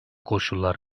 koşullar